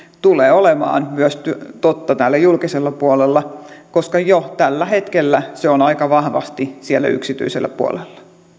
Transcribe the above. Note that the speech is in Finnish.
tulee olemaan totta myös täällä julkisella puolella koska jo tällä hetkellä se on aika vahvasti siellä yksityisellä puolella